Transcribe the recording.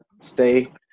stay